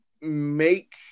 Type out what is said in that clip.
make